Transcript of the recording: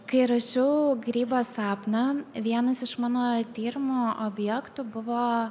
kai rašiau grybo sapną vienas iš mano tyrimų objektų buvo